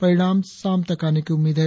परिणाम शाम तक आने की उम्मीद है